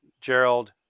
Gerald